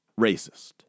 racist